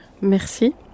Merci